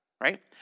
right